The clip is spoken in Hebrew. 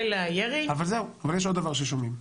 אבל זהו, יש עוד דבר ששומעים.